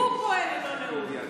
זה הוא פועל ללא לאות.